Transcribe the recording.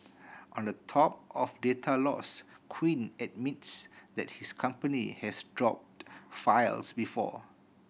on the top of data loss Quinn admits that his company has dropped files before